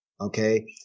Okay